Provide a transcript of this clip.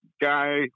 guy